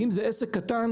אם זה עסק קטן,